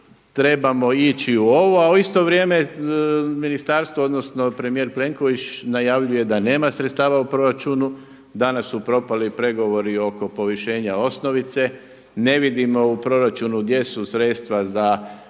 trebamo ići u ovo, a u isto vrijeme ministarstvo odnosno premijer Plenković najavljuje da nema sredstava u proračunu. Danas su propali pregovori oko povišenja osnovice. Ne vidimo u proračunu gdje su sredstva za